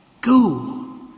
Go